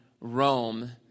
Rome